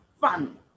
fun